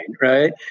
Right